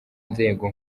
nzego